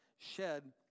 shed